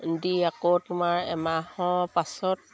দি আকৌ তোমাৰ এমাহৰ পাছত